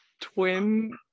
twin